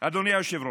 אדוני היושב-ראש,